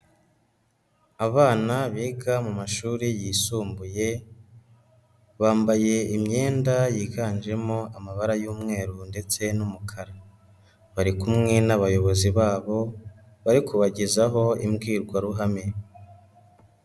Abana biga mu mashuri yisumbuye bambaye imyenda yiganjemo amabara y'umweru ndetse n'umukara, bari kumwe n'abayobozi babo bari kubagezaho imbwirwaruhame.